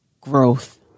growth